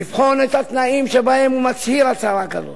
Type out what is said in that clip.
לבחון את התנאים שבהם הוא מצהיר הצהרה כזאת.